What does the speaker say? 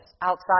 outside